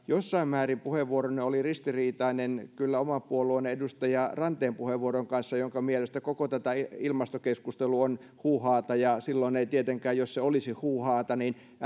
jossain määrin puheenvuoronne oli ristiriitainen kyllä oman puolueenne edustaja ranteen puheenvuoron kanssa jonka mielestä koko tämä ilmastokeskustelu on huuhaata ja silloin ei tietenkään jos se olisi huuhaata